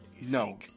No